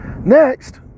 next